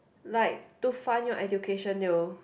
like to fund your education they will